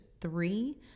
three